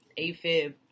AFib